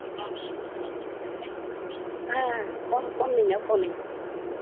ᱦᱮᱸ ᱦᱮᱸ ᱯᱷᱳᱱ ᱯᱷᱳᱱᱟᱹᱧ ᱦᱟᱸᱜ ᱯᱷᱳᱱᱟᱹᱧ